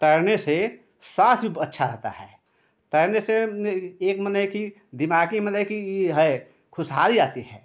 तैरने से साँस भी अच्छा रहता है तैरने से एक माने कि दिमाग़ी मतलब कि यह है खुशहाली आती है